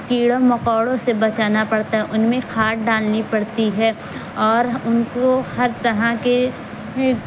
کیڑوں مکوڑوں سے بچانا پڑتا ہے ان میں کھاد ڈالنی پڑتی ہے اور ان کو ہر طرح کے